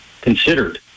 considered